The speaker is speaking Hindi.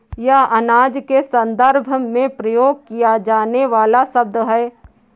यह अनाज के संदर्भ में प्रयोग किया जाने वाला शब्द है